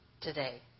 today